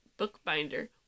Bookbinder